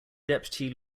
deputy